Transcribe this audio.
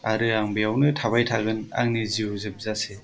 आरो आं बेयावनो थाबाय थागोन आंनि जिउ जोबजासे